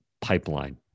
pipeline